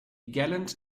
gallant